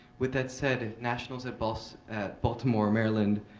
with that said, nationals at but so at baltimore, maryland,